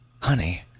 Honey